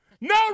No